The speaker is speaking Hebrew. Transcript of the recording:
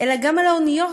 אלא גם על האוניות.